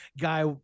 guy